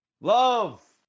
Love